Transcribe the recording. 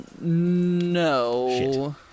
no